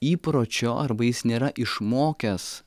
įpročio arba jis nėra išmokęs